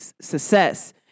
success